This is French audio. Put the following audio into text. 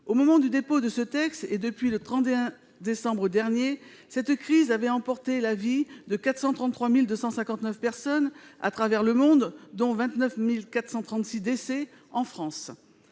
Au moment du dépôt de ce texte, et depuis le 31 décembre dernier, cette crise a emporté la vie de 433 259 personnes à travers le monde, dont 29 436 en France.